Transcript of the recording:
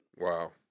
Wow